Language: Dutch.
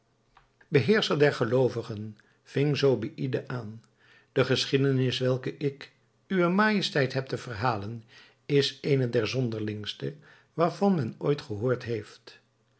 beheerscher der geloovigen ving zobeïde aan de geschiedenis welke ik uwe majesteit heb te verhalen is eene der zonderlingste waarvan men ooit gehoord heeft